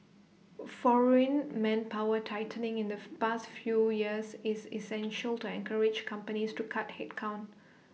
foreign manpower tightening in the past few years is essential to encourage companies to cut headcount